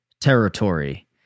territory